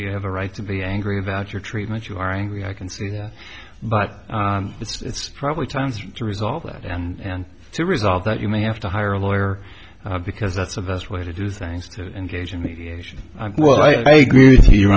a right to be angry about your treatment you are angry i can see that but it's probably time to resolve that and to resolve that you may have to hire a lawyer because that's the best way to do things to engage in mediation well i agree to you